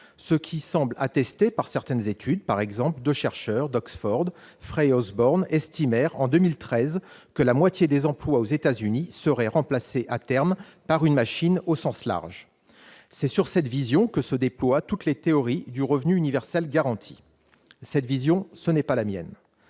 ce qui semble attesté par certaines études. Par exemple, Frey et Osborne, deux chercheurs d'Oxford, ont estimé en 2013 que la moitié des emplois aux États-Unis seraient remplacés à terme par une machine, au sens large. C'est sur cette vision que se déploient toutes les théories du revenu universel garanti. Cette vision, ce n'est pas la mienne.